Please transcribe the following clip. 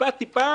טיפה טיפה,